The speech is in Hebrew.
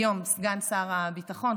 היום סגן שר הביטחון,